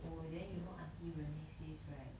oh then you know auntie renee says right